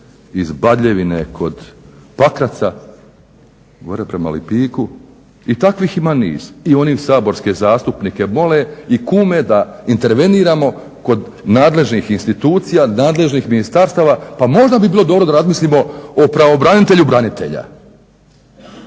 iz Badljevine kod Pakraca, gore prema Lipiku i takvih ima niz. I oni saborske zastupnike mole i kume da interveniramo kod nadležnih institucija, nadležnih ministarstava, pa možda bi bilo dobro da razmislimo o pravobranitelju branitelja